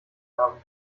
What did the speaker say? haben